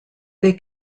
they